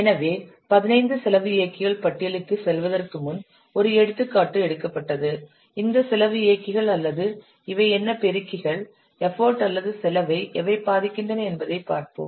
எனவே 15 செலவு இயக்கிகள் பட்டியலுக்குச் செல்வதற்கு முன் ஒரு எடுத்துக்காட்டு எடுக்கப்பட்டது இந்த செலவு இயக்கிகள் அல்லது இவை என்ன பெருக்கிகள் எஃபர்ட் அல்லது செலவை எவை பாதிக்கின்றன என்பதை பார்ப்போம்